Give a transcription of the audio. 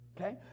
okay